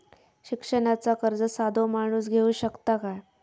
शिक्षणाचा कर्ज साधो माणूस घेऊ शकता काय?